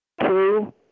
two